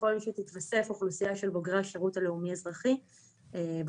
ככל שתתווסף אוכלוסייה של בוגרי השירות הלאומי אזרחי בודדים,